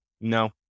no